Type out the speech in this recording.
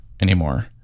anymore